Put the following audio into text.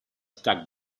stack